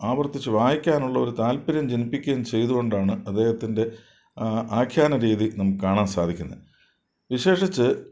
ആവർത്തിച്ചു വായിക്കാനുള്ളൊരു താത്പര്യം ജനിപ്പിക്കുകയും ചെയ്തു കൊണ്ടാണ് അദ്ദേഹത്തിൻ്റെ ആഖ്യാന രീതി നമുക്കു കാണാൻ സാധിക്കുന്നതു വിശേഷിച്ച്